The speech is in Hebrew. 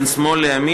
בין שמאל לימין,